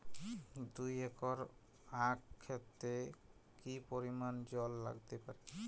দুই একর আক ক্ষেতে কি পরিমান জল লাগতে পারে?